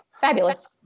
Fabulous